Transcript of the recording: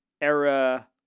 era